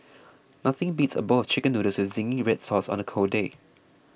nothing beats a bowl of Chicken Noodles with Zingy Red Sauce on a cold day